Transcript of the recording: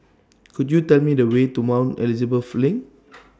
Could YOU Tell Me The Way to Mount Elizabeth LINK